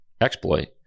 exploit